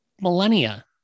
millennia